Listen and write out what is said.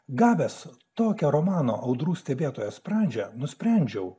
gavęs tokią romano audrų stebėtojas pradžią nusprendžiau